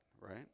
right